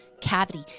cavity